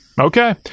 Okay